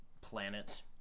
planet